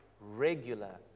regular